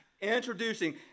introducing